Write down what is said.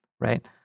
right